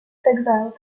exiled